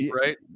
right